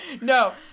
No